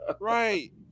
Right